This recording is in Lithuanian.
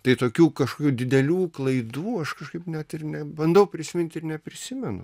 tai tokių kažkokių didelių klaidų aš kažkaip net ir nebandau prisimint ir neprisimenu